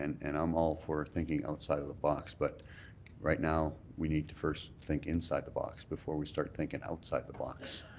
and i and am all for thinking outside of the box, but right now, we need to first think inside the box before we start thinking outside the box.